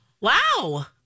Wow